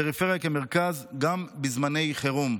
פריפריה כמרכז, גם בזמני חירום.